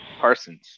Parsons